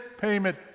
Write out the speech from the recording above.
payment